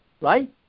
right